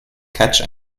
catch